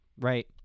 right